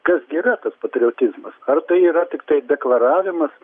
kas gi yra tas patriotizmas ar tai yra tiktai deklaravimas